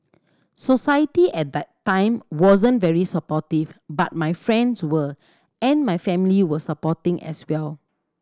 society at that time wasn't very supportive but my friends were and my family were supporting as well